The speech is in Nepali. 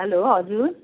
हेलो हजुर